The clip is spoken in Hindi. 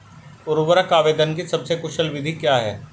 उर्वरक आवेदन की सबसे कुशल विधि क्या है?